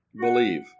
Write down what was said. believe